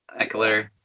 Eckler